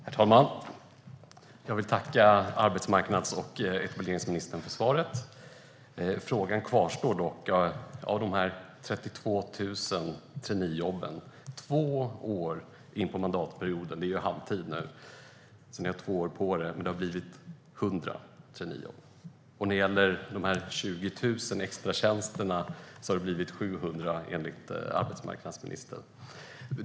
Herr talman! Jag vill tacka arbetsmarknads och etableringsministern för svaret. Frågan kvarstår dock. Av de 32 000 traineejobben har det två år in i mandatperioden - det är halvtid nu, så ni har två år till på er - blivit 100. Av de 20 000 extratjänsterna har det enligt arbetsmarknadsministern blivit 700.